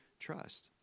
trust